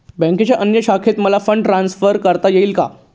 बँकेच्या अन्य शाखेत मला फंड ट्रान्सफर करता येईल का?